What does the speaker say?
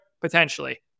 Potentially